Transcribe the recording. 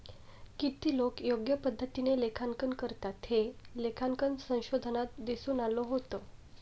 किती लोकं योग्य पद्धतीने लेखांकन करतात, हे लेखांकन संशोधनात दिसून आलं होतं